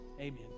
Amen